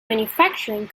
manufacturing